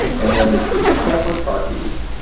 and then picked up her car keys,